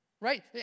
right